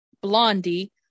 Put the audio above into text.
blondie